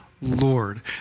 Lord